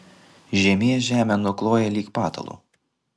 žiemė žemę nukloja lyg patalu